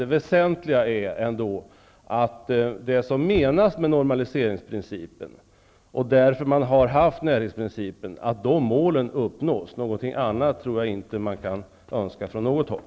Det väsentliga är ändock att det som menas med normaliseringsprincipen och närhetsprincipen uppnås. Något annat tror jag inte att man kan önska från något håll.